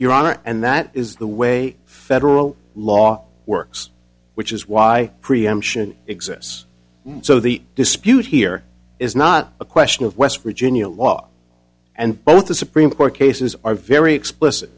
honor and that is the way federal law works which is why preemption exists so the dispute here is not a question of west virginia law and both the supreme court cases are very explicit